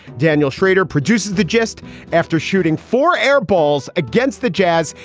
daniel schrader produces the gist after shooting for air balls against the jazz.